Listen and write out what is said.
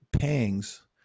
pangs